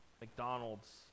mcdonald's